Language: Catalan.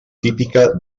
típica